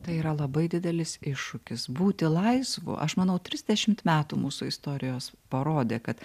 tai yra labai didelis iššūkis būti laisvu aš manau trisdešimt metų mūsų istorijos parodė kad